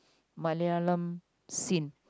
Malayalam scene